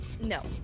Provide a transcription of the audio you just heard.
No